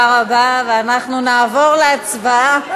אנחנו נעבור להצבעה.